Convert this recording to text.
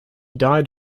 died